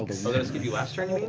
skip you last turn,